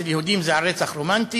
אצל יהודים זה על רקע רומנטי,